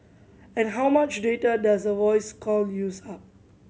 and how much data does a voice call use up